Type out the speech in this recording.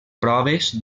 proves